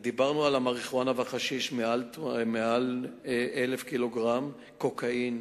דיברנו על המריחואנה והחשיש מעל 1,000 ק"ג, קוקאין